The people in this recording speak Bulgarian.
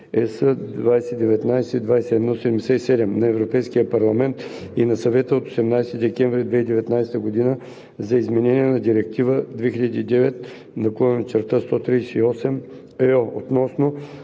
(ЕС) 2019/2177 на Европейския парламент и на Съвета от 18 декември 2019 година за изменение на Директива 2009/138/ЕО относно